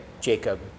Jacob